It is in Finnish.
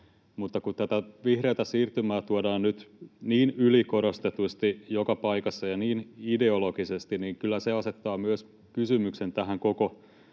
Mutta kun tätä vihreätä siirtymää tuodaan nyt niin ylikorostetusti joka paikassa ja niin ideologisesti, niin kyllä se asettaa myös kysymyksen tähän koko